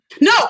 No